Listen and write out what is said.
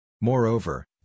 Moreover